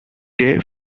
day